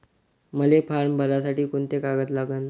मले फारम भरासाठी कोंते कागद लागन?